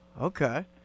Okay